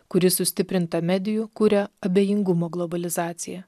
kuri sustiprinta medijų kuria abejingumo globalizaciją